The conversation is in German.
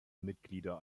mitglieder